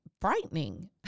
frightening